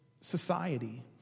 society